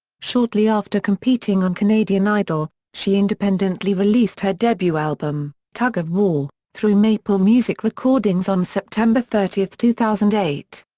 shortly after competing on canadian idol, she independently released her debut album, tug of war, through maplemusic recordings on september thirty, two thousand and eight.